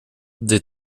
des